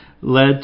led